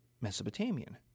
Mesopotamian